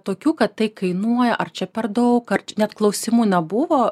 tokių kad tai kainuoja ar čia per daug ar čia net klausimų nebuvo